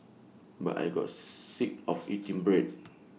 but I got sick of eating bread